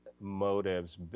motives